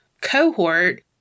cohort